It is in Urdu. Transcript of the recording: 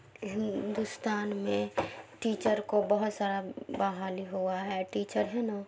ہندوستان میں ٹیچر کو بہت سارا بہالی ہوا ہے ٹیچر ہے نا